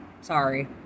sorry